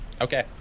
Okay